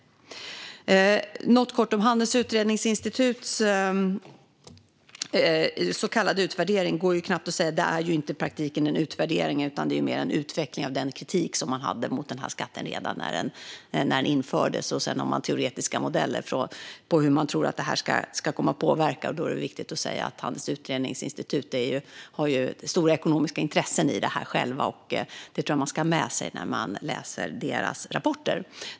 Jag ska säga något kort om Handelns Utredningsinstituts så kallade utvärdering. I praktiken är det inte någon utvärdering, utan det är mer en utveckling av den kritik som institutet hade mot skatten redan när den infördes. Sedan har de teoretiska modeller för hur de tror att skatten ska komma att påverka. Därför är det viktigt att säga att Handelns Utredningsinstitut själva har stora ekonomiska intressen i det här. Det tror jag att man ska ha med sig när man läser deras rapporter.